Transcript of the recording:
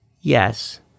yes